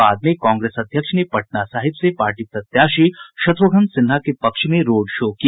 बाद में कांग्रेस अध्यक्ष ने पटना साहिब से पार्टी प्रत्याशी शत्र्घ्न सिन्हा के पक्ष में रोड शो किया